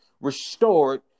restored